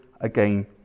again